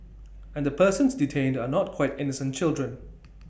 and the persons detained are not quite innocent children